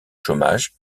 chômage